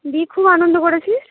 দিয়ে খুব আনন্দ করেছিস